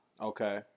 Okay